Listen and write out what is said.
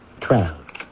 Twelve